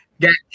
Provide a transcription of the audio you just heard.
Got